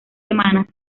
semanas